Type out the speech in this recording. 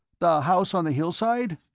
the house on the hillside?